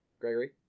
Gregory